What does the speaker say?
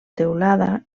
teulada